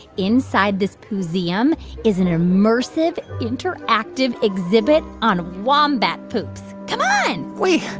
inside this museum is an immersive, interactive exhibit on wombat poop. come on wait